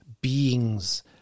beings